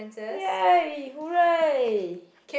yay hooray